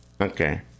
Okay